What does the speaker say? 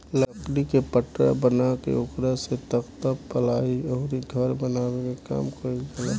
लकड़ी के पटरा बना के ओकरा से तख्ता, पालाइ अउरी घर बनावे के काम कईल जाला